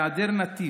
בהיעדר נתיב?